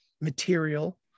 material